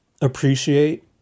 appreciate